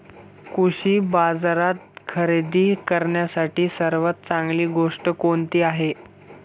कृषी बाजारात खरेदी करण्यासाठी सर्वात चांगली गोष्ट कोणती आहे?